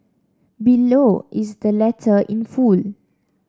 below is the letter in full